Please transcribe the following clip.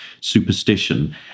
superstition